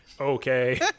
Okay